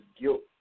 guilt